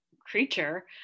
creature